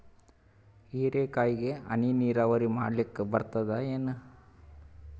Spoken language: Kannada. ಹೀರೆಕಾಯಿಗೆ ಹನಿ ನೀರಾವರಿ ಮಾಡ್ಲಿಕ್ ಬರ್ತದ ಏನು?